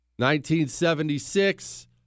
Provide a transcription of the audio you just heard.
1976